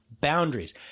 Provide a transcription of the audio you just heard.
boundaries